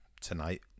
tonight